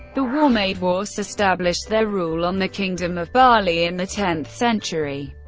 the warmadewas established their rule on the kingdom of bali in the tenth century.